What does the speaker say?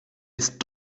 jetzt